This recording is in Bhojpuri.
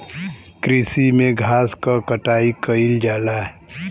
कृषि में घास क कटाई कइल जाला